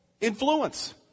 Influence